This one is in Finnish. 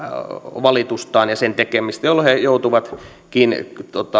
valitustaan ja sen tekemistä jolloin he joutuvatkin